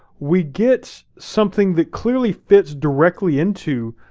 we get something that clearly fits directly into